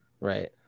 right